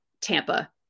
Tampa